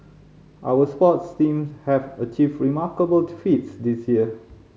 our sports teams have achieved remarkable feats this year